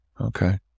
Okay